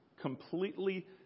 completely